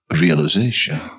realization